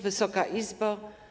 Wysoka Izbo!